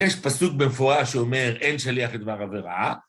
יש פסוק במפורש שאומר, אין שליח לדבר עבירה.